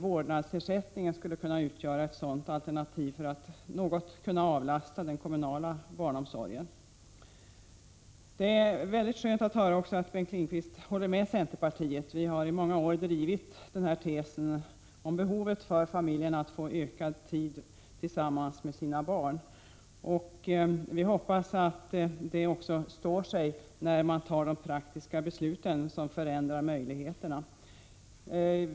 Vårdnadsersättning skulle kunna utgöra ett alternativ för att något avlasta den kommunala barnomsorgen. Vi inom centern har i många år drivit frågan om möjligheterna för familjerna att få ökad tid tillsammans med sina barn. Det var väldigt skönt att höra att Bengt Lindqvist håller med centerpartiet på den punkten. Vi får hoppas att det också står sig när man tar de praktiska besluten som förändrar möjligheterna.